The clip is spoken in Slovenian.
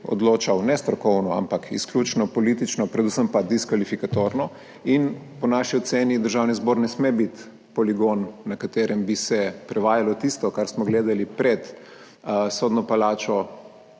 odločal nestrokovno, ampak izključno politično, predvsem pa diskvalifikatorno. Po naši oceni Državni zbor ne sme biti poligon, na katerem bi se prevajalo tisto, kar smo gledali pred sodno palačo